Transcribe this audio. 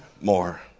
more